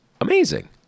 amazing